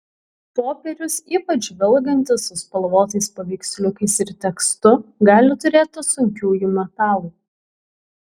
popierius ypač žvilgantis su spalvotais paveiksliukais ir tekstu gali turėti sunkiųjų metalų